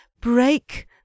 break